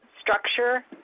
structure